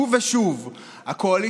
כמו כן,